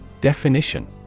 Definition